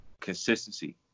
consistency